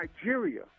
Nigeria